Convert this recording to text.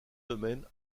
domaines